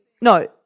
No